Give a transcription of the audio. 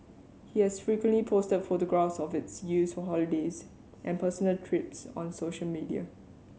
he has frequently posted photographs of its use for holidays and personal trips on social media